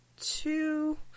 two